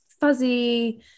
fuzzy